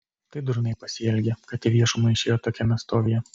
tai durnai pasielgė kad į viešumą išėjo tokiame stovyje